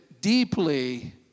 deeply